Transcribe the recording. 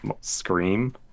Scream